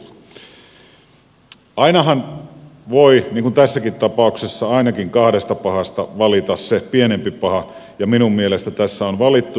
ainahan voi niin kuin tässäkin tapauksessa ainakin kahdesta pahasta valita sen pienemmän pahan ja minun mielestäni tässä on valittu se